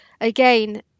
Again